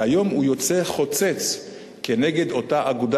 והיום הוא יוצא חוצץ נגד אותה אגודה,